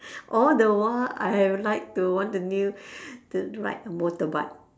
all the while I'd like to want to knew to to ride a motorbike